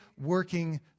Working